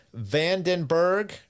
Vandenberg